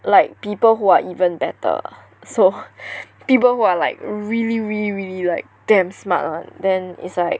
like people who are even better so people who are like really really like damn smart [one] then it's like